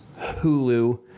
Hulu